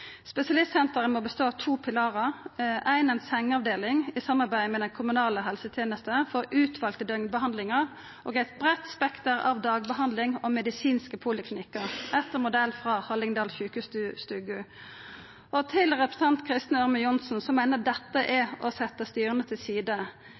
Spesialistsenteret må bestå av to pilarar: ei sengeavdeling, i samarbeid med den kommunale helsetenesta for utvalde døgnbehandlingar, og eit breitt spekter av dagbehandling og medisinske poliklinikkar etter modell frå Hallingdal Sjukestugu. Til representanten Kristin Ørmen Johnsen som meiner dette er